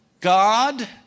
God